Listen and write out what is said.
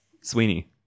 Sweeney